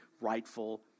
rightful